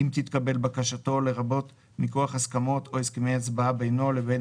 אם תתקבל בקשתו לרבות מכוח הסכמות או הסכמי הצבעה בינו לבין